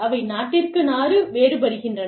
அவை நாட்டிற்கு நாடு வேறுபடுகின்றன